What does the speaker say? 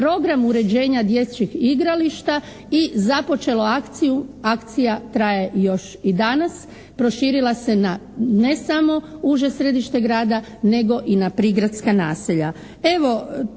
program uređenja dječjih igrališta i započelo akciju, akcija traje još i danas. Proširila se na ne samo uže središte grada nego i na prigradska naselja.